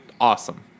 awesome